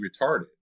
retarded